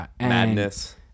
madness